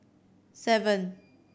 seven